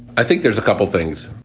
i think there's a couple of things.